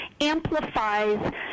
amplifies